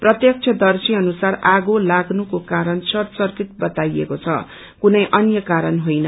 प्रत्यक्षदर्शी अनुसार आगो लाग्नुको कारण शर्ट सर्किट बताईको छ कुनै अन्य कारण होइन